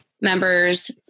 members